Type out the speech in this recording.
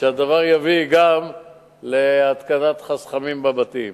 שהדבר יביא גם להתקנת חסכמים בבתים.